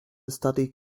study